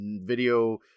video